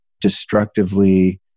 destructively